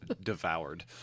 devoured